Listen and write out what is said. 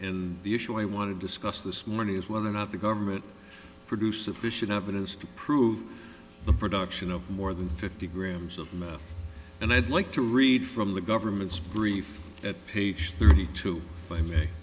and the issue i want to discuss this morning is whether or not the government produce sufficient evidence to prove the production of more than fifty grams of meth and i'd like to read from the government's brief at page thirty two by me